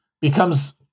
becomes